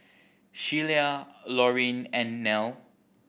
Shelia Lorene and Nell